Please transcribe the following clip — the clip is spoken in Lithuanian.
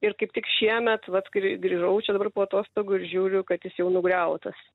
ir kaip tik šiemet vat kai grįžau čia dabar po atostogų ir žiūriu kad jis jau nugriautas